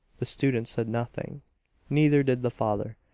the student said nothing neither did the father.